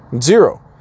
Zero